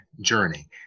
journey